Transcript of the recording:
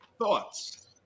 Thoughts